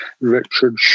Richard